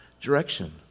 direction